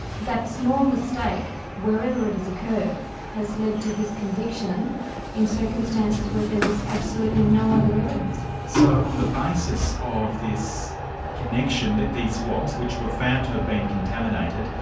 that small mistake, wherever it has occurred, has led to his conviction in circumstances where there was absolutely no other evidence. so on the basis of this connection, these swabs, which were found to have been contaminated,